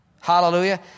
Hallelujah